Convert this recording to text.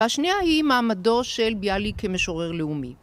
השניה היא מעמדו של ביאליק כמשורר לאומי.